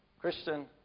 Christian